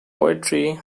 poetry